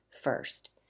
first